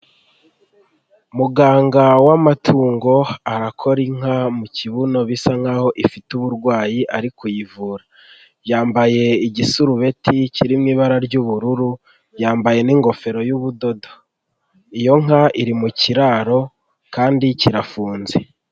Muganga w'amatungo arakora inka mu kibuno bisa nk'aho ifite uburwayi ari kuyivura yambaye igisurubeti kirimo ibara ry'ubururu yambaye n'ingofero y'ubudodo, iyo nka iri mu kiraro kandi kirafunze.